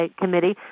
Committee